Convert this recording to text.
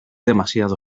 demasiado